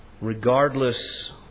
regardless